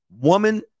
woman